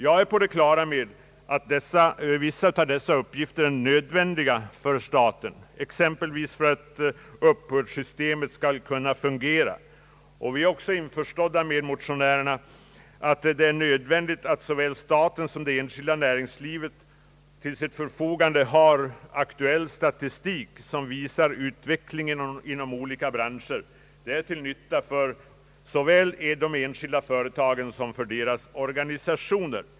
Jag är på det klara med att vissa av dessa uppgifter är nödvändiga för staten, exempelvis för att uppbördssystemet skall kunna fungera. Vi är också införstådda med uppfattningen att det är nödvändigt att såväl staten som det enskilda näringslivet till sitt förfogande har en aktuell statistik som visar utvecklingen inom olika branscher. Det är till nytta både för enskilda företag och för deras organisationer.